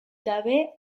gabe